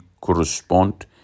correspond